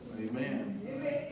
Amen